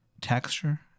texture